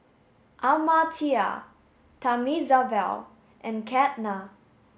Amartya Thamizhavel and Ketna